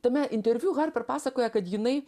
tame interviu harpėr pasakoja kad jinai